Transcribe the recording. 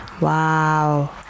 Wow